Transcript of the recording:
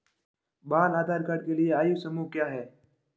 बाल आधार कार्ड के लिए आयु समूह क्या है?